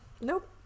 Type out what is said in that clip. Nope